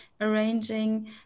arranging